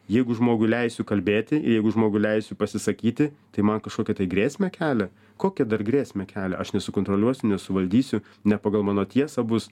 jeigu žmogui leisiu kalbėti jeigu žmogų leisiu pasisakyti tai man kažkokią tai grėsmę kelia kokią dar grėsmę kelia aš nesukontroliuosiu nesuvaldysiu ne pagal mano tiesą bus